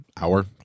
hour